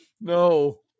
no